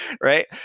right